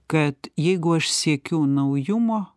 kad jeigu aš siekiu naujumo